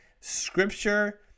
scripture